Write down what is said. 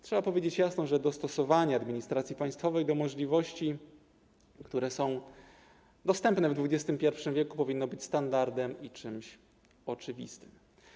Trzeba powiedzieć jasno, że dostosowanie administracji państwowej do możliwości, które są dostępne w XXI w., powinno być standardem i czymś oczywistym.